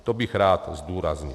To bych rád zdůraznil.